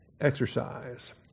exercise